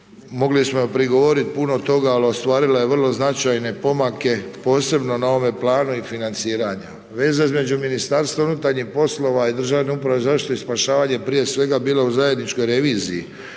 mogli smo joj prigovoriti puno toga ali ostvarila je vrlo značajne pomake posebno na ovome planu i financiranja. Veza između MUP-a i Državnu upravu za zaštitu i spašavanje prije svega bilo je u zajedničkoj reviziji